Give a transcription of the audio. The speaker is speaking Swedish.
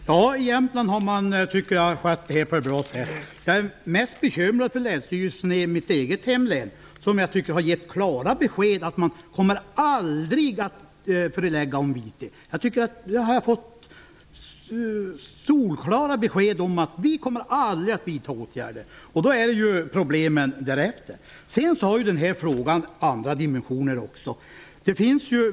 Fru talman! Ja, i Jämtland har man skött det här på ett bra sätt. Jag är mest bekymrad för länsstyrelsen i mitt hemlän, som har gett klara besked om att man aldrig kommer att vitesförelägga. Jag har fått solklara besked om att man aldrig kommer att vidta åtgärder. Problemen blir därefter. Den här frågan har också andra dimensioner.